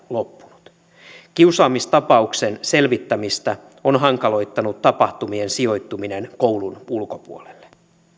loppunut kiusaamistapauksen selvittämistä on hankaloittanut tapahtumien sijoittuminen koulun ulkopuolelle